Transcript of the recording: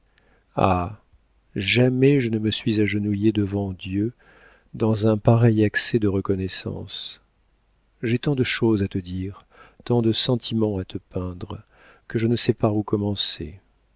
jamais je ne me suis agenouillée devant dieu dans un pareil accès de reconnaissance j'ai tant de choses à te dire tant de sentiments à te peindre que je ne sais par où commencer